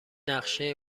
نقشه